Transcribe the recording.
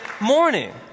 morning